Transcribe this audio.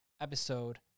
episode